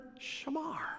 shamar